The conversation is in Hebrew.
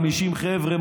40 חבר'ה,